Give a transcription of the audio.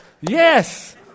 Yes